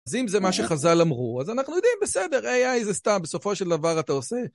אז אם זה מה שחז"ל אמרו, אז אנחנו יודעים, בסדר, AI זה סתם, בסופו של דבר אתה עושה.